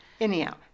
Anyhow